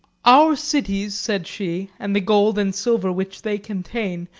our cities, said she, and the gold and silver which they contain,